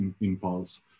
impulse